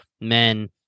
men